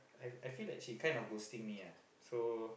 and I feel like she kind of ghosting me ah so